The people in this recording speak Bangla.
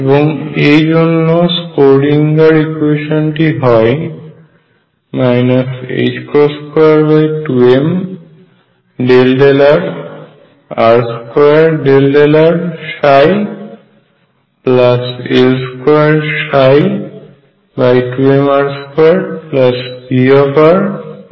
এবং এই জন্য স্ক্রোডিঙ্গার ইকুয়েশানটি হয় 22m∂r r2∂rψL22mr2VrEψ